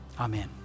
Amen